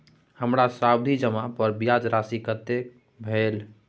हमर सावधि जमा पर ब्याज राशि कतेक भेल?